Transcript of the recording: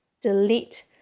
delete